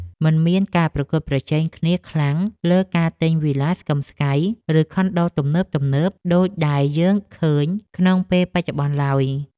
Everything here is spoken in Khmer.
មិនមានការប្រកួតប្រជែងគ្នាខ្លាំងលើការទិញវីឡាស្កឹមស្កៃ ឬខុនដូទំនើបៗដូចដែលយើងឃើញក្នុងពេលបច្ចុប្បន្នឡើយ។